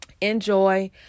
enjoy